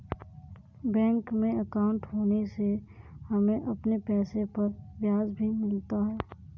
bank में अंकाउट होने से हमें अपने पैसे पर ब्याज भी मिलता है